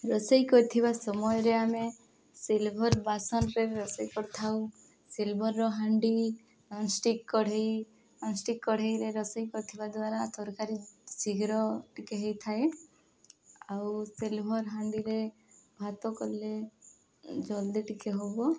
ରୋଷେଇ କରିଥିବା ସମୟରେ ଆମେ ସିଲଭର୍ ବାସନରେ ରୋଷେଇ କରିଥାଉ ସିଲଭର୍ର ହାଣ୍ଡି ନନ୍ ଷ୍ଟିକ୍ କଢ଼େଇ ନନ୍ ଷ୍ଟିକ୍ କଢ଼େଇରେ ରୋଷେଇ କରିଥିବା ଦ୍ୱାରା ତରକାରୀ ଶୀଘ୍ର ଟିକେ ହେଇଥାଏ ଆଉ ସିଲଭର୍ ହାଣ୍ଡିରେ ଭାତ କଲେ ଜଲ୍ଦି ଟିକେ ହବ